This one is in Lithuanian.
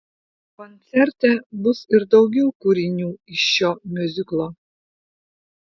koncerte bus ir daugiau kūrinių iš šio miuziklo